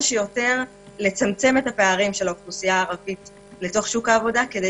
שיותר לצמצם את הפערים של האוכלוסייה הערבית לתוך שוק העבודה כדי